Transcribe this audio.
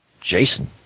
Jason